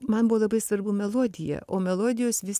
man buvo labai svarbu melodija o melodijos vis